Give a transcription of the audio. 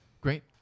Great